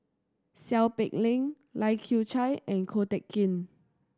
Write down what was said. Seow Peck Leng Lai Kew Chai and Ko Teck Kin